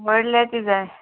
व्हडल्या ती जाय